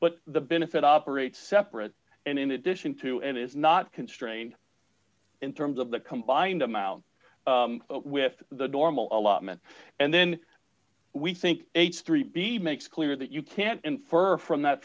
but the benefit operates separate and in addition to and is not constrained in terms of the combined amount with the normal allotment and then we think a three b makes clear that you can't infer from that